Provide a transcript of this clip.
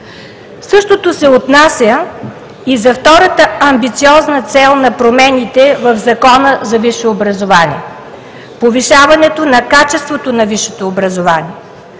Същото се отнася и за втората амбициозна цел на промените в Закона за висшето образование – повишаването на качеството на висшето образование.